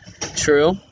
True